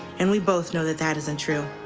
and we both know that that isn't true.